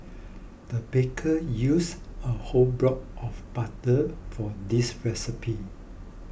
the baker used a whole block of butter for this recipe